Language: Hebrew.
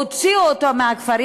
הוציאו אותו מהכפרים.